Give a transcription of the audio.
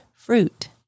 Fruit